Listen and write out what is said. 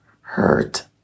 hurt